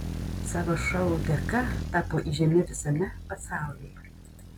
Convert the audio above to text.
savo šou dėka tapo įžymi visame pasaulyje